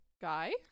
guy